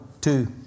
two